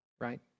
right